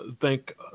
thank